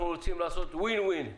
אנחנו רוצים לעשות Win-Win situation,